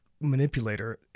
manipulator